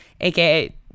aka